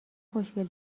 خوشگل